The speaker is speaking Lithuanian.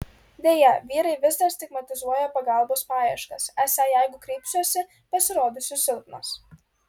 deja vyrai vis dar stigmatizuoja pagalbos paieškas esą jeigu kreipsiuosi pasirodysiu silpnas